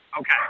Okay